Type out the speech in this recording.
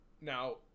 now